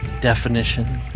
definition